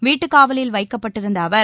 வீட்டுக் காவலில் வைக்கப்பட்டிருந்த அவர்